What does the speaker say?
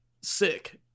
sick